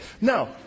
Now